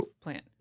plant